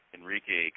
Enrique